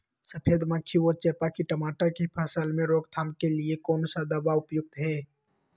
सफेद मक्खी व चेपा की टमाटर की फसल में रोकथाम के लिए कौन सा दवा उपयुक्त है?